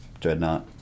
dreadnought